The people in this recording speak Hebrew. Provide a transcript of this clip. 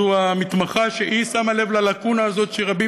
זו המתמחה ששמה לב ללקונה הזאת שרבים